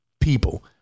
people